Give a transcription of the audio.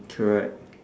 correct